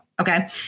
Okay